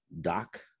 Doc